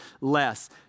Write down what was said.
less